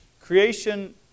Creation